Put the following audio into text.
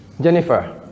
Jennifer